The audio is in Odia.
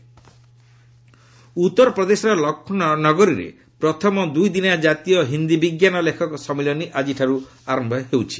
ୟୂପି ହିନ୍ଦି ସାଇନ୍ସ ଉତ୍ତରପ୍ରଦେଶର ଲକ୍ଷ୍ନୌ ନଗରୀରେ ପ୍ରଥମ ଦୁଇଦିନିଆ କାତୀୟ ହିନ୍ଦୀ ବିଜ୍ଞାନ ଲେଖକ ସମ୍ମିଳନୀ ଆଜିଠାରୁ ଆରମ୍ଭ ହେଉଛି